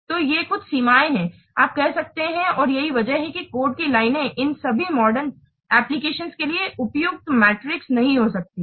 तो ये कुछ सीमाएँ हैं आप कह सकते हैं और यही वजह है कि कोड की लाइनें इन सभी मॉडर्न ऍप्लिकेशन्स के लिए उपयुक्त मीट्रिक नहीं हो सकती हैं